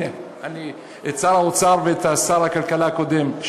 שר האוצר ושר הכלכלה הקודמים.